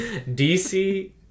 DC